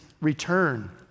return